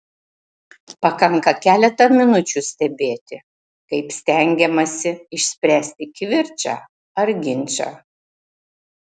pakanka keletą minučių stebėti kaip stengiamasi išspręsti kivirčą ar ginčą